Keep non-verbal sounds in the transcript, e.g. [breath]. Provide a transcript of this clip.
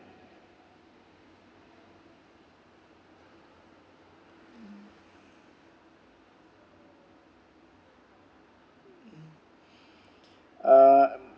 mm [breath] uh